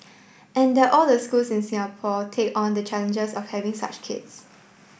and that all the schools in Singapore take on the challenges of having such kids